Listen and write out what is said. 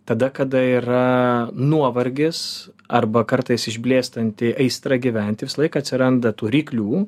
tada kada yra nuovargis arba kartais išblėstanti aistra gyventi visą laiką atsiranda tų ryklių